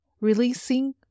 releasing